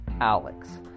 Alex